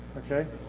okay,